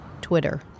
Twitter